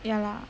ya lah